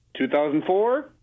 2004